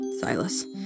Silas